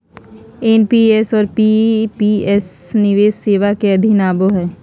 NPS और PPS निवेश सेवा के अधीन आवो हय